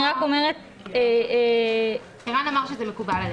אני רק אומרת --- ערן אמר שזה מקובל עליו.